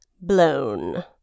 blown